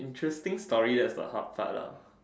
interesting story that's the hard part lah